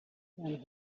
then